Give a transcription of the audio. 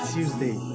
Tuesday